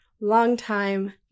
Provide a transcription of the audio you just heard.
longtime